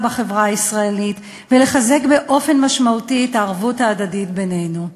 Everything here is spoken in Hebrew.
בחברה הישראלית ולחזק באופן משמעותי את הערבות ההדדית בינינו.